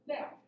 Now